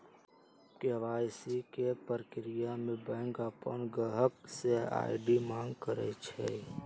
KYC के परक्रिया में बैंक अपन गाहक से आई.डी मांग करई छई